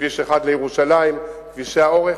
וכביש 1 לירושלים, כבישי האורך